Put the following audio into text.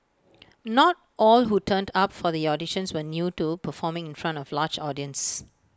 not all who turned up for the auditions were new to performing in front of large audience